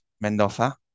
Mendoza